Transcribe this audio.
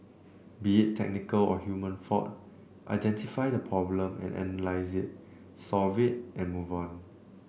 be it technical or human fault identify the problem and analyse it solve it and move on